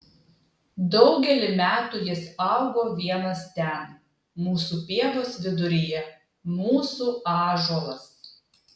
daugelį metų jis augo vienas ten mūsų pievos viduryje mūsų ąžuolas